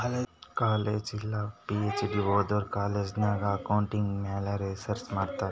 college ಇಲ್ಲ PhD ಓದೋರು college ನಾಗ್ ಅಕೌಂಟಿಂಗ್ ಮ್ಯಾಲ ರಿಸರ್ಚ್ ಮಾಡ್ತಾರ್